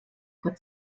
gott